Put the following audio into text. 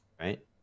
right